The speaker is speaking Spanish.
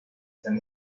están